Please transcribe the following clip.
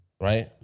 Right